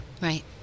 Right